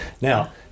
Now